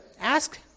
ask